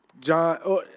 John